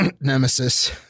Nemesis